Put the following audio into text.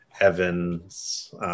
Evans –